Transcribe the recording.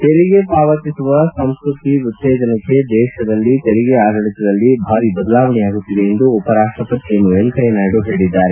ತೆರಿಗೆ ಪಾವತಿಸುವ ಸಂಸ್ಕೃತಿ ಉತ್ತೇಜನಕ್ಕೆ ದೇಶದಲ್ಲಿ ತೆರಿಗೆ ಆಡಳತದಲ್ಲಿ ಭಾರೀ ಬದಲಾವಣೆಯಾಗುತ್ತಿದೆ ಎಂದು ಉಪರಾಷ್ಟಪತಿ ಎಂ ವೆಂಕಯ್ಲನಾಯ್ಡ ಹೇಳಿದ್ದಾರೆ